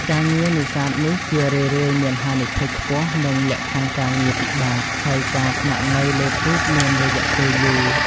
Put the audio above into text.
ការងារនេសាទនេះជារឿយៗមានហានិភ័យខ្ពស់ និងលក្ខខណ្ឌការងារពិបាក ហើយការស្នាក់នៅលើទូកមានរយៈពេលយូរ។